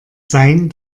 sein